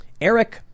Eric